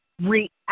react